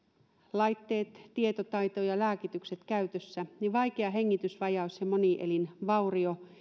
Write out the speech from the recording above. laitteet tietotaito ja lääkitykset käytössä niin vaikea hengitysvajaus ja monielinvaurio